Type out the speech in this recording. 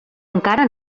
encara